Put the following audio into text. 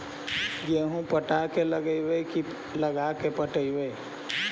गेहूं पटा के लगइबै की लगा के पटइबै?